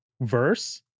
verse